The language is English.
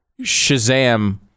shazam